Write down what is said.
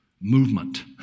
movement